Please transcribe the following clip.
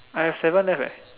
I have seven left eh